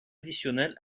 additionnel